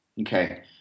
Okay